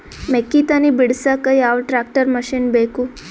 ಮೆಕ್ಕಿ ತನಿ ಬಿಡಸಕ್ ಯಾವ ಟ್ರ್ಯಾಕ್ಟರ್ ಮಶಿನ ಬೇಕು?